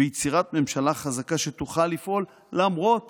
ויצירת ממשלה חזקה שתוכל לפעול למרות